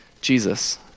Jesus